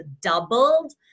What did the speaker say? doubled